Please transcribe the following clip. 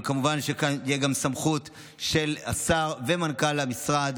כמובן שכאן גם תהיה סמכות של השר ומנכ"ל המשרד